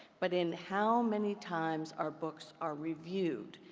but in how many times are books are reviewed,